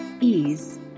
ease